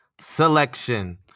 selection